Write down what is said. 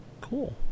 Cool